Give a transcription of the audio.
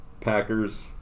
Packers